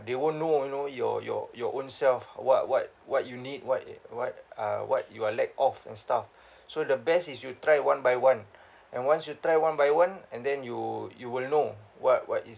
they won't know you know your your your own self what what what you need what what uh what you are lack of and stuff so the best is you try one by one and once you try one by one and then you you will know what what is